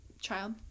child